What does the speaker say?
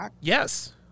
yes